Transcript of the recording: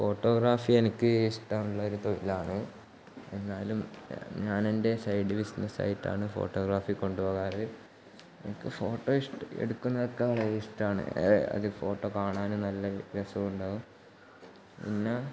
photography എനിക്ക് ഇഷ്ടമുള്ളൊരു തൊഴിലാണ് എന്നാലും ഞാൻ എൻ്റെ സൈഡ് ബിസിനസ് ആയിട്ടാണ് ഫോട്ടോഗ്രാഫി കൊണ്ടുപോകാറ് എനിക്ക് ഫോട്ടോ ഇഷ് എടുക്കുന്നതൊക്കെ വളരെ ഇഷ്ടമാണ് അത് ഫോട്ടോ കാണാനും നല്ല രസം ഉണ്ടാവും പിന്നെ